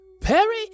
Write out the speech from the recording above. Perry